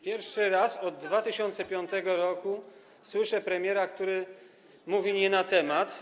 Pierwszy raz od 2005 r. słyszę premiera, który mówi nie na temat.